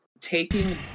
taking